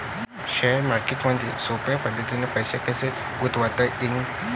Share मार्केटमधी सोप्या पद्धतीने पैसे कसे गुंतवता येईन?